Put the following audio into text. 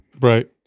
Right